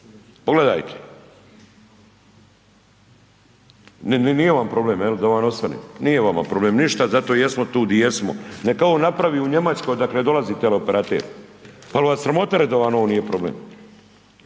Pogledajte. Nije vam problem, je li da vam osvane? Nije vama problem ništa, zato i jesmo tu di jesmo. Neka ovo napravi u Njemačkoj odakle dolazi teleoperater. Pa je li vas sramota da vam ovo nije problem?